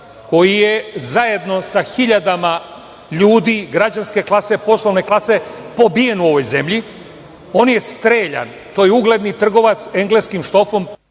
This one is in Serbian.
koji je zajedno sa hiljadama ljudi građanske klase, poslovne klase pobijen u ovoj zemlji. On je streljan. To je ugledni trgovac engleskim štofom…